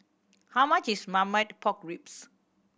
how much is Marmite Pork Ribs